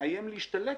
מאיים להשתלט,